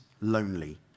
lonely